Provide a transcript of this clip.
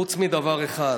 חוץ מדבר אחד: